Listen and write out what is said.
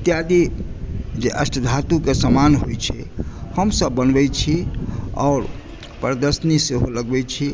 इत्यादि जे अष्टधातुके समान होइत छै हमसभ बनबै छी आओर प्रदर्शनी सेहो लगबै छी